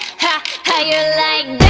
how you like